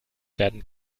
werden